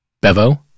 Bevo